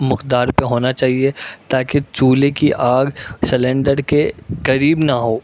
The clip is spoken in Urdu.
مقدار پہ ہونا چاہیے تاکہ چولہے کی آگ سلینڈر کے قریب نہ ہو